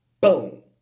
Boom